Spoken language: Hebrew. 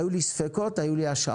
היו לי ספקות, היו לי השערות.